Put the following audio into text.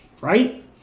right